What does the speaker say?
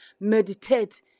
meditate